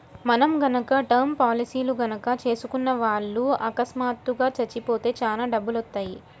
మనం గనక టర్మ్ పాలసీలు గనక చేసుకున్న వాళ్ళు అకస్మాత్తుగా చచ్చిపోతే చానా డబ్బులొత్తయ్యి